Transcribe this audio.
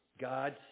God